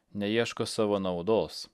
neieško savo naudos